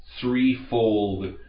threefold